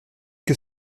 que